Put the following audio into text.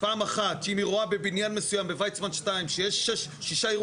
נפרד למסחר ותעשייה, ולא יהיה סבסוד צולב